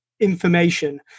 information